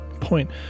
Point